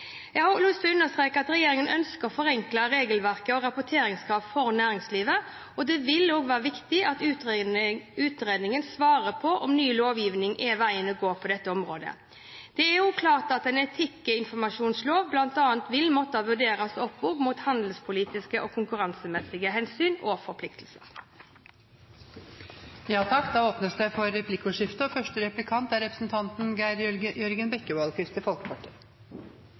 Jeg vil understreke at regjeringen ønsker å forenkle regelverk og rapporteringskrav for næringslivet. Det vil være viktig at utredningen svarer på om ny lovgivning er veien å gå på dette området. Det er også klart at en etikkinformasjonslov bl.a. vil måtte vurderes opp mot handelspolitiske og konkurransemessige hensyn og forpliktelser. Det blir replikkordskifte. I mitt innlegg pekte jeg på at nettopp erfaringen fra palmeoljekampanjen er et godt eksempel på at etikkloven trengs. Det var nemlig miljøinformasjonsloven som var avgjørende for